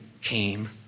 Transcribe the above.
came